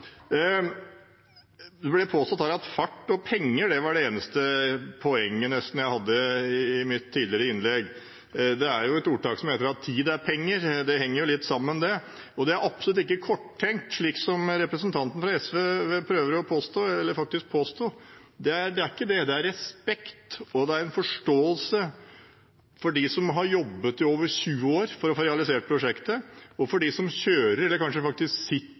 Det ble påstått her at fart og penger var nesten det eneste poenget jeg hadde i mitt tidligere innlegg. Det er et ordtak hvor det heter at tid er penger, det henger jo litt sammen. Og det er absolutt ikke korttenkt, slik som representanten fra SV faktisk påsto. Det er ikke det. Det er respekt, og det er en forståelse for dem som har jobbet i over 20 år for å få realisert prosjektet, og for dem som kjører og kanskje sitter